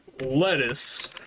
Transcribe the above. lettuce